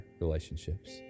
relationships